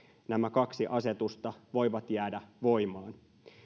nämä kaksi asetusta voivat jäädä voimaan